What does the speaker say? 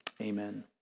amen